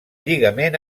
lligament